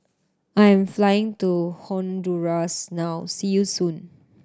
I'm flying to Honduras now see you soon